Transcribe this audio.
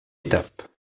étape